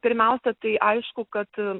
pirmiausia tai aišku kad